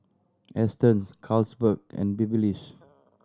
Astons Carlsberg and Babyliss